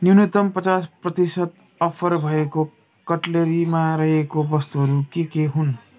न्यूनतम पचास प्रतिशत अफर भएको कटलेरीमा रहेको वस्तुहरू के के हुन्